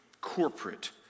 corporate